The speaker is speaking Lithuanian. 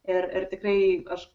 ir ir tikrai aš